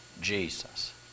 Jesus